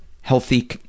healthy